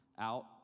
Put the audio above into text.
out